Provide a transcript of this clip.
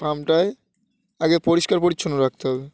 ফার্মটায় আগে পরিষ্কার পরিচ্ছন্ন রাখতে হবে